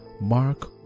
Mark